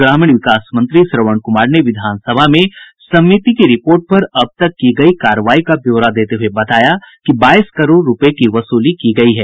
ग्रामीण विकास मंत्री श्रवण कुमार ने विधानसभा में समिति की रिपोर्ट पर अब तक की गयी कार्रवाई का ब्यौरा देते हुए बताया कि बाईस करोड़ रूपये की वसूली की गयी है